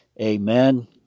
amen